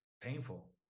painful